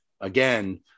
again